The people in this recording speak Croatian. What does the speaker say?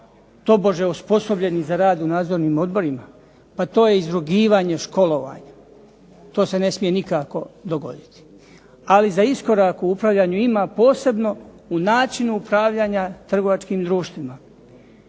tobože osposobljeni za rad u nadzornim odborima? Pa to je izrugivanje školovanju. To se ne smije nikako dogoditi. Ali za iskorak u upravljanju ima posebno u način upravljanja trgovačkim društvima.